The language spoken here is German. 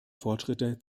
fortschritte